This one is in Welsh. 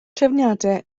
trefniadau